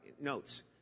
notes